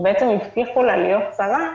שהבטיחו לה להיות שרה,